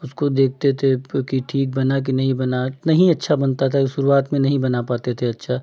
उसको देखते थे कि ठीक बना कि नहीं बना नहीं अच्छा बनता था शुरुआत में नहीं बना पाते थे अच्छा